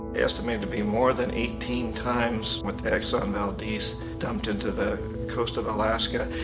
estimated to be more than eighteen times what the exxon valdez dumped into the coast of alaska.